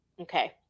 Okay